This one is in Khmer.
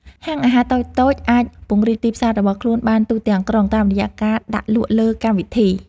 ហាងអាហារតូចៗអាចពង្រីកទីផ្សាររបស់ខ្លួនបានទូទាំងក្រុង តាមរយៈការដាក់លក់លើកម្មវិធី។